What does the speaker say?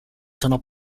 sono